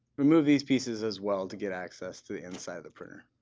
remove these pieces as well to get access to the inside of the printer.